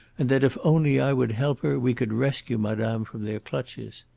and that if only i would help her we could rescue madame from their clutches.